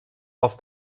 auf